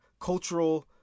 cultural